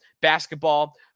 basketball